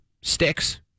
sticks